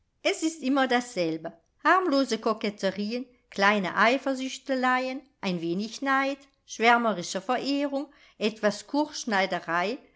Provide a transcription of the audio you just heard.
es ist immer dasselbe harmlose koketterien kleine eifersüchteleien ein wenig neid schwärmerische verehrung etwas